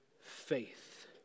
faith